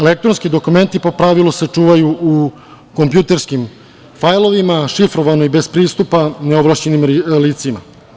Elektronski dokumenti po pravilu se čuvaju u kompjuterskim fajlovima, šifrovano i bez pristupa neovlašćenim licima.